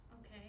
Okay